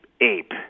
ape